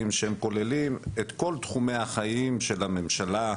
שכוללים את כל תחומי החיים של הממשלה,